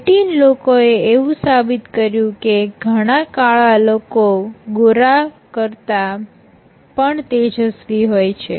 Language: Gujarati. લેટિન લોકોએ એવું સાબિત કર્યું કે ઘણા કાળા લોકો ગોરા કરતા પણ તેજસ્વી હોય છે